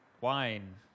wine